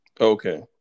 Okay